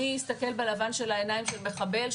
מי יסתכל בלבן של העיניים של מחבל,